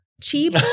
cheap